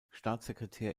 staatssekretär